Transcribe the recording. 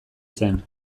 zen